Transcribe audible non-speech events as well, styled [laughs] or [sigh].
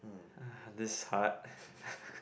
ah this is hard [laughs]